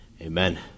Amen